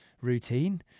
routine